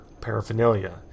paraphernalia